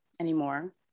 anymore